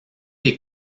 des